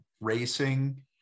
racing